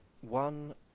one